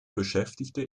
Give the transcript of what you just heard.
beschäftigte